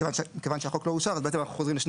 מכיוון שהחוק לא אושר אז אנחנו חוזרים לשני